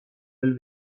del